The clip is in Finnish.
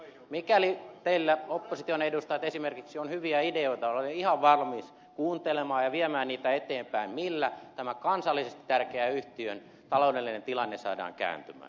mikäli teillä opposition edustajat esimerkiksi on hyviä ideoita olen ihan valmis kuuntelemaan ja viemään niitä eteenpäin millä tämän kansallisesti tärkeän yhtiön taloudellinen tilanne saadaan kääntymään